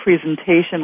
presentation